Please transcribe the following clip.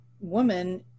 woman